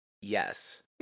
yes